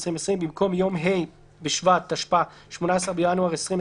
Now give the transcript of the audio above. התשפ"א-2020 במקום "יום ה' בשבט התשפ"א (18 בינואר 2021)"